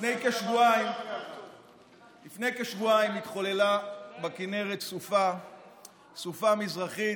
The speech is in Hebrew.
לפני כשבועיים התחוללה בכינרת סופה מזרחית,